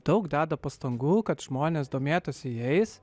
daug deda pastangų kad žmonės domėtųsi jais